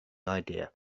idea